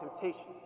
temptation